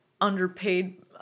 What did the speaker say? underpaid